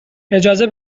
اجازه